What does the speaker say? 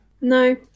No